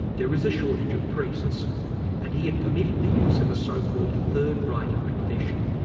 there is a shortage of priests and he had permitted the use of a so-called third rite of confession.